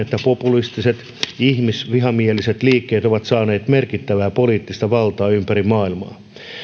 että populistiset ihmisvihamieliset liikkeet ovat saaneet merkittävää poliittista valtaa ympäri maailmaa